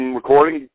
recording